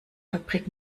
fabrik